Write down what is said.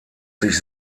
sich